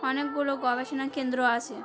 অনেকগুলো গবেষণা কেন্দ্র আছে